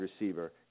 receiver